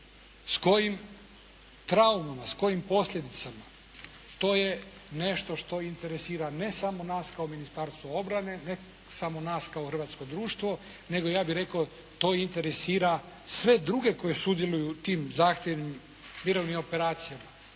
S kojim traumama, s kojim posljedicama, to je nešto što interesira ne samo nas kao Ministarstvo obrane, ne samo nas kao hrvatsko društvo nego ja bih rekao to interesira sve druge koji sudjeluju u tim zahtjevnim mirovnim operacijama.